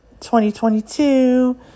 2022